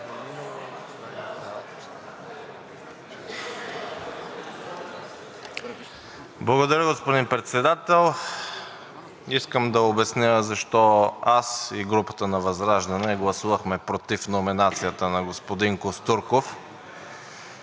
Благодаря, господин Председател. Искам да обясня защо аз и групата на ВЪЗРАЖДАНЕ гласувахме против номинацията на господин Костурков.